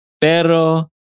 Pero